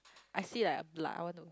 I see like like I want to